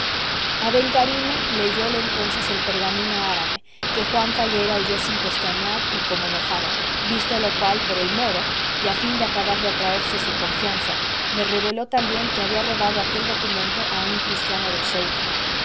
el renegado aben carime leyóle entonces el pergamino árabe que juan falgueira oyó sin pestañear y como enojado visto lo cual por el moro y a fin de acabar de atraerse su confianza le reveló también que había robado aquel documento a un cristiano de ceuta